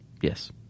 Yes